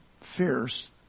fierce